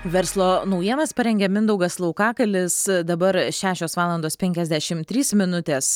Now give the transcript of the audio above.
verslo naujienas parengė mindaugas laukagalis dabar šešios valandos penkiasdešim trys minutės